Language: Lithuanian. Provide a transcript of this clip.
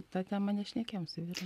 ta tema nešnekėjom su vyru